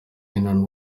heman